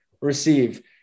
receive